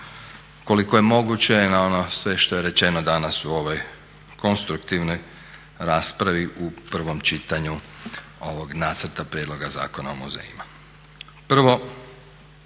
koliko je moguće na ono sve što je rečeno danas u ovoj konstruktivnoj raspravi u prvom čitanju ovog nacrta prijedloga Zakona o muzejima.